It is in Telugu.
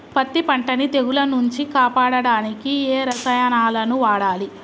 పత్తి పంటని తెగుల నుంచి కాపాడడానికి ఏ రసాయనాలను వాడాలి?